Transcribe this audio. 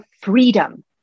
freedom